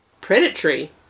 Predatory